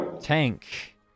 Tank